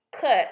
cut